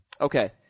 Okay